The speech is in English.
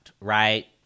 right